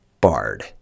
Bard